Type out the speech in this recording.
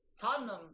Tottenham